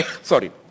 sorry